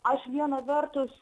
aš vieną vertus